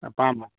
ꯑꯄꯥꯝꯕ